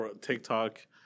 TikTok